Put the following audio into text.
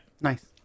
Nice